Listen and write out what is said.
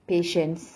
patience